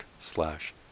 slash